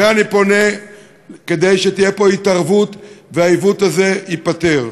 לכן אני פונה כדי שתהיה פה התערבות והעיוות הזה ייפתר.